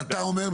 אתה אומר,